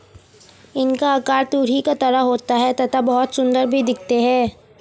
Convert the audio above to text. इनका आकार तुरही की तरह होता है तथा बहुत सुंदर भी दिखते है